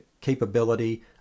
capability